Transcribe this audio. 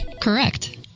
Correct